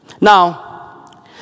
Now